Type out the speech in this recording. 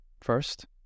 first